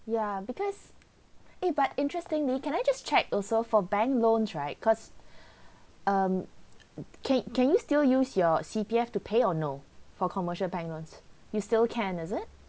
ya because eh but interestingly can I just check also for bank loans right cause um can can you still use your C_P_F to pay or no for commercial bank ones you still can is it